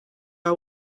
are